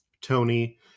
Tony